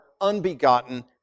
unbegotten